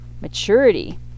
maturity